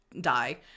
die